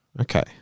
okay